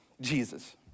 Jesus